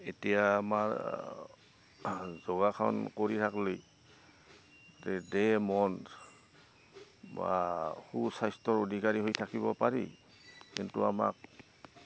এতিয়া আমাৰ যোগাসন কৰি থাকিলে তে দেহ মন বা সুস্বাস্থ্যৰ অধিকাৰী হৈ থাকিব পাৰি কিন্তু আমাক